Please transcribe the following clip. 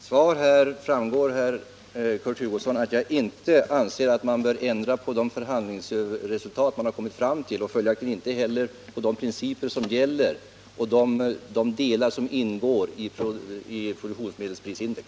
Herr talman! Av mina svar här framgår, Kurt Hugosson, att jag anser att man inte bör ändra på de förhandlingsresultat man har kommit fram till och följaktligen inte heller på de principer som gäller och de olika faktorer som ingår i produktionmedelsprisindex.